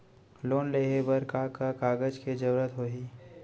Loan लेहे बर का का कागज के जरूरत होही?